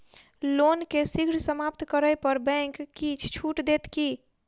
loan केँ शीघ्र समाप्त करै पर बैंक किछ छुट देत की